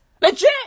Legit